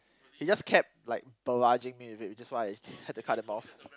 he just kept like barraging me with it that's why I had to cut him off